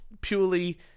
purely